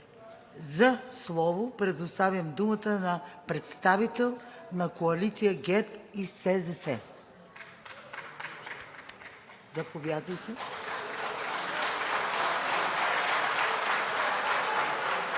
За слово предоставям думата на представител на коалиция ГЕРБ-СДС.